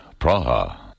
Praha